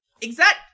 exact